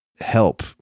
Help